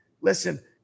Listen